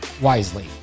Wisely